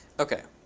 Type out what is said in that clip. ok.